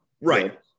Right